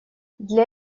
для